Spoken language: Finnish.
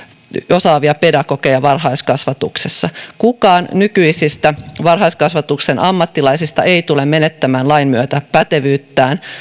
osaavia pedagogeja varhaiskasvatuksessa kukaan nykyisistä varhaiskasvatuksen ammattilaisista ei tule menettämään lain myötä pätevyyttään